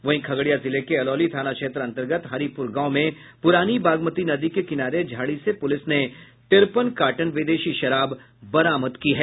वहीं खगड़िया जिले के अलौली थाना क्षेत्र अंतर्गत हरीपुर गांव में पुरानी बागमती नदी के किनारे झाड़ी से पुलिस ने तिरेपन कार्टन विदेशी शराब बरामद की है